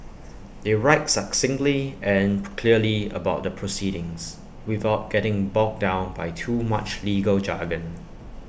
they write succinctly and clearly about the proceedings without getting bogged down by too much legal jargon